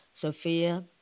Sophia